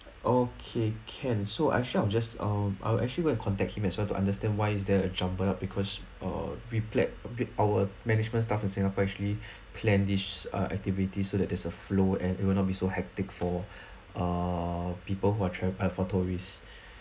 okay can so actually I'll just uh I will actually go and contact him as well to understand why is there a jumble up because uh we planned a bit our management staff in singapore actually plan this uh activity so that there's a flow and it will not be so hectic for uh people who are travel ah for tourists